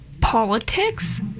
politics